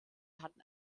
hatten